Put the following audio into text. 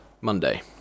Monday